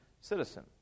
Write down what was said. citizen